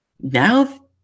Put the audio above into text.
now